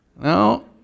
No